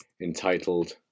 entitled